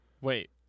Wait